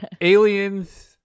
aliens